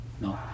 No